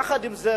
יחד עם זה,